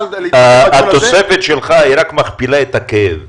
התוספת שלך רק מכפילה את הכאב.